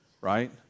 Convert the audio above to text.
right